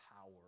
power